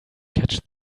catch